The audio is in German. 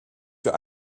für